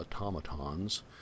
automatons